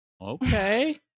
Okay